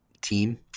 team